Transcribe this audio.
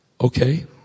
Okay